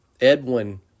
Edwin